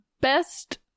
best